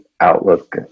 outlook